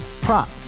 Prop